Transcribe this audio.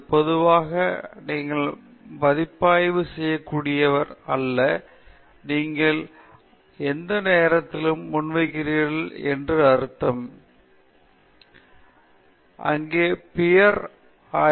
பொதுவாக நீங்கள் மதிப்பாய்வு செய்யக் கூடியவர் அல்ல நீங்கள் எந்த நேரத்திலும் முன்வைக்கிறீர்கள் என்று அர்த்தம் அதாவது நீ அங்கேயே இருக்கிறாய் நீ முன்னால் மக்களுடன் கலந்து பேசுகிறாய் நீ அதை வழங்குகிறாய்